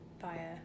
via